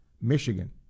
Michigan